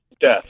death